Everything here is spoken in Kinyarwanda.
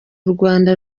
rwanda